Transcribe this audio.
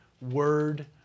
word